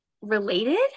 related